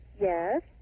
Yes